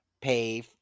pay